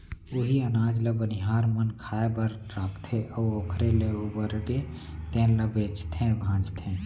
उहीं अनाज ल बनिहार मन खाए बर राखथे अउ ओखर ले उबरगे तेन ल बेचथे भांजथे